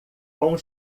com